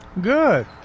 Good